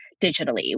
digitally